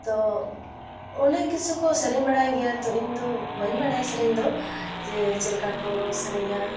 ᱛᱚ ᱚᱱᱮᱠ ᱠᱤᱪᱷᱩᱠᱚ ᱥᱮᱨᱮᱧ ᱵᱟᱲᱟᱭ ᱜᱮᱭᱟ ᱛᱚ ᱤᱧᱫᱚ ᱵᱟᱹᱧ ᱵᱟᱲᱟᱭᱟ ᱥᱮᱨᱮᱧᱫᱚ ᱡᱮ ᱪᱮᱞᱠᱟᱠᱚ ᱥᱮᱨᱮᱧᱟ